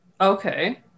Okay